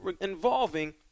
involving